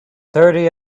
thirty